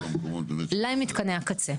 למתקני הקצה.